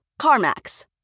CarMax